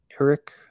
Eric